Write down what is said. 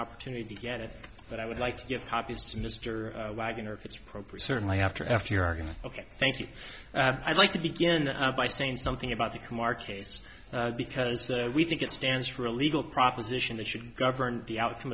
opportunity to get it but i would like to give copies to mr wagner if it's appropriate certainly after after your argument ok thank you i'd like to begin by saying something about the kumar case because we think it stands for a legal proposition that should govern the outcome